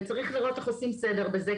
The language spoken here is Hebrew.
וצריך לראות איך עושים סדר בזה,